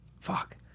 fuck